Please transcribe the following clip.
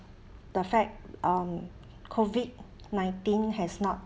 the fact um COVID nineteen has not